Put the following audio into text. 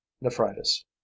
nephritis